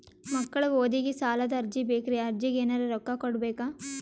ಮಕ್ಕಳ ಓದಿಗಿ ಸಾಲದ ಅರ್ಜಿ ಬೇಕ್ರಿ ಅರ್ಜಿಗ ಎನರೆ ರೊಕ್ಕ ಕೊಡಬೇಕಾ?